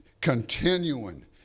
continuing